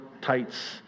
tights